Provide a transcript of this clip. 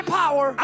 power